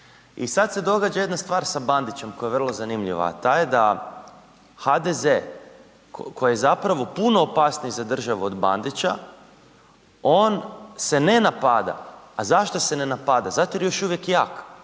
I sada se događa jedna stvar sa Bandićem koja je vrlo zanimljiva, a ta je da HDZ koji je zapravo puno opasniji za državu od Bandića on se ne napada. A zašto se ne napada? Zato jer je još uvijek jak,